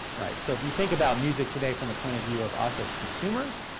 right? so if you think about music today from the point of view of us as consumers,